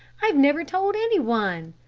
i've never told any one.